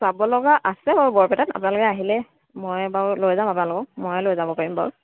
চাব লগা আছে বাৰু বৰপেটাত আপোনালোকে আহিলে মই বাৰু লৈ যাম আপোনালোকক মইয়ে লৈ যাব পাৰিম বাৰু